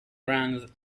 runs